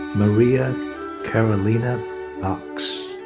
maria carolina box.